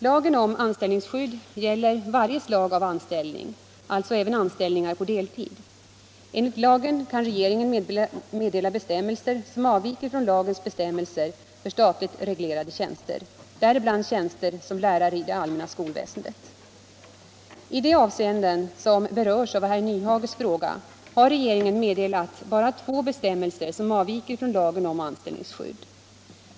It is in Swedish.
Lagen om anställningsskydd gäller varje slag av anställning, alltså även anställningar på deltid. Enligt lagen kan regeringen meddela bestämmelser som avviker från lagens bestämmelser för statligt reglerade tjänster, däribland tjänster som lärare i det allmänna skolväsendet. I de avseenden som berörs av herr Nyhages fråga har regeringen meddelat bara två bestämmelser som avviker från lagen om anställningsskydd.